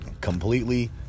completely